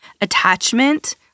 attachment